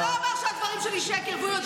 הממשלה, דע את כבודי, ואני אדע